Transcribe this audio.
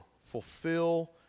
fulfill